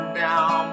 down